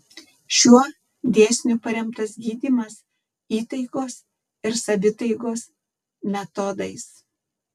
šiuo dėsniu paremtas gydymas įtaigos ir savitaigos metodais